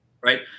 right